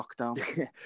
lockdown